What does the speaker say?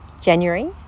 January